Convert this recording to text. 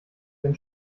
wenn